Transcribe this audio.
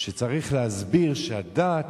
שצריך להסביר שהדת